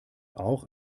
auch